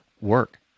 work